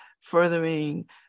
furthering